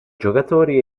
giocatori